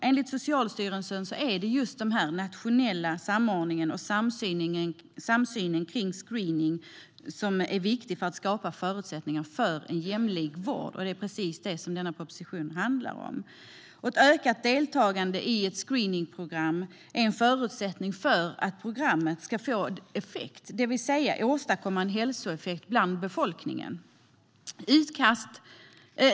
Enligt Socialstyrelsen är just nationell samordning och samsyn kring screening viktigt för att skapa förutsättningar för en jämlik vård, och det är precis det som denna proposition handlar om. Och ett ökat deltagande i ett screeningprogram är en förutsättning för att programmet ska få effekt, det vill säga åstadkomma en hälsoeffekt bland befolkningen.